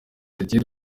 didier